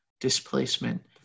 displacement